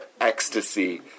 ecstasy